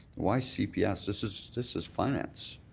why cps? this is this is finance.